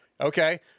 Okay